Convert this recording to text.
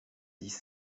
dix